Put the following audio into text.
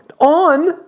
On